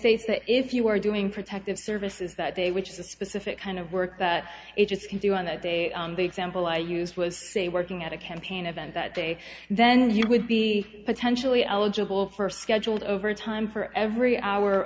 that if you are doing protective services that they which is a specific kind of work that it just can do on that day the example i used was say working at a campaign event that day then you would be potentially eligible for scheduled overtime for every hour